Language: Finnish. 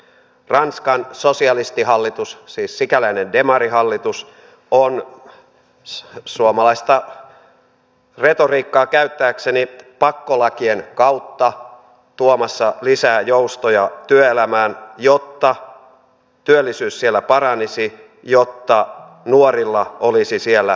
ranskan sosialistihallitus siis sikäläinen demarihallitus on suomalaista retoriikkaa käyttääkseni pakkolakien kautta tuomassa lisää joustoja työelämään jotta työllisyys siellä paranisi jotta nuorilla olisi siellä paremmat näkymät